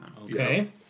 Okay